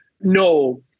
no